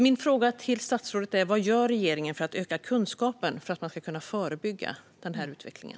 Min fråga till statsrådet är: Vad gör regeringen för att öka kunskapen för att man ska kunna förebygga den utvecklingen?